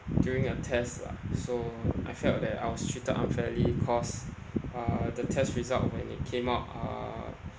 during a test lah so I felt that I was treated unfairly cause uh the test result when it came out uh